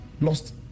lost